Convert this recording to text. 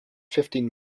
fifteen